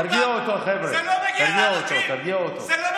תראה מה